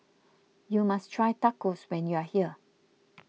you must try Tacos when you are here